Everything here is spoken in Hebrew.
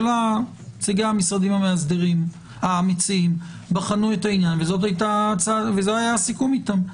נציגי המשרדים האמיצים בחנו את העניין וזה היה הסיכום איתם.